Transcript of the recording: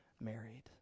married